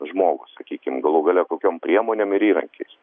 žmogų sakykim galų gale kokiom priemonėm ir įrankiais